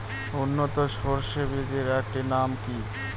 উন্নত সরষে বীজের একটি নাম কি?